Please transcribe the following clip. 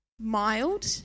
mild